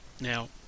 Now